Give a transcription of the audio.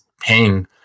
paying